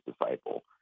disciple—